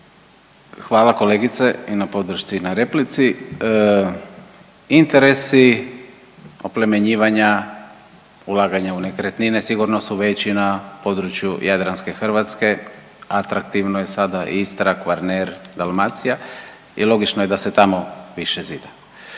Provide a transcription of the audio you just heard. Hvala kolegice i na podršci i na replici. Interesi oplemenjivanja, ulaganja u nekretnine sigurno su veći na području jadranske Hrvatske, atraktivno je sada Istra, Kvarner, Dalmacija i logično je da se tamo više zida.